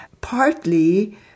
partly